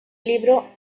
libro